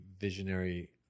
Visionary